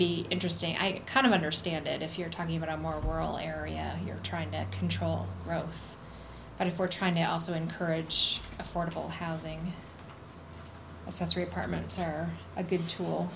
be interesting i kind of understand it if you're talking about a more worldly area you're trying to control growth but if we're trying to also encourage affordable housing sensory apartments are a good tool